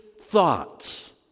thoughts